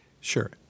Sure